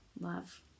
love